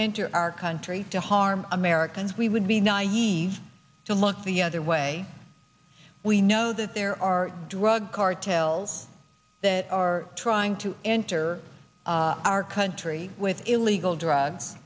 enter our country to harm americans we would be naive to look the other way we know that there are drug cartels that are trying to enter our country with illegal drugs